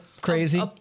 crazy